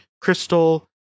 crystal